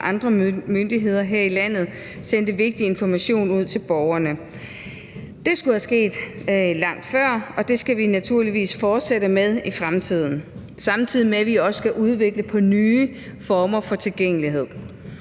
og andre myndigheder her i landet sender vigtig information ud til borgerne. Det skulle være sket langt før, og det skal vi naturligvis fortsætte med i fremtiden, samtidig med at vi også skal udvikle nye former for tilgængelighed.